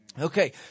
Okay